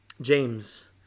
James